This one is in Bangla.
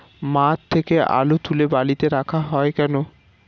মাঠ থেকে আলু তুলে বালিতে রাখা হয় কেন?